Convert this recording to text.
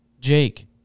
Jake